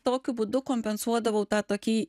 tokiu būdu kompensuodavau tą tokį